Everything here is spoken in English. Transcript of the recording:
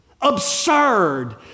Absurd